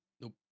Nope